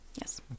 yes